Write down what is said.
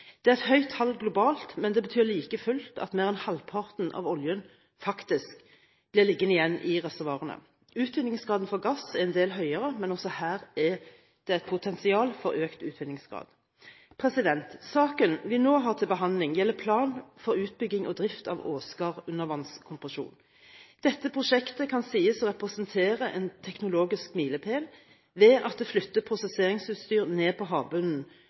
Det er et høyt tall globalt, men det betyr like fullt at mer enn halvparten av oljen faktisk blir liggende igjen i reservoarene. Utvinningsgraden for gass er en del høyere, men også her er det et potensial for økt utvinningsgrad. Saken vi nå har til behandling, gjelder plan for utbygging og drift av Åsgard undervannskompresjon. Dette prosjektet kan sies å representere en teknologisk milepæl ved at det flytter prosesseringsutstyr ned på havbunnen